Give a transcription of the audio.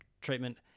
treatment